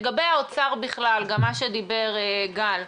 לגבי האוצר בכלל, מה שדיבר גל,